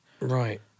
Right